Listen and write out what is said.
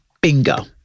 Bingo